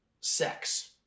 sex